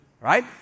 right